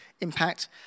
impact